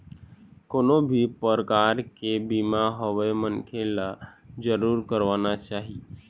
कोनो भी परकार के बीमा होवय मनखे ल जरुर करवाना चाही